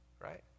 right